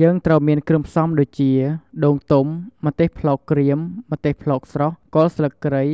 យើងត្រូវមានគ្រឿងផ្សំដូចជា ដូងទុំ ម្ទេសប្លោកក្រៀម ម្ទេសប្លោកស្រស់ គល់ស្លឹកគ្រៃ